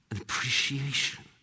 appreciation